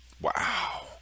Wow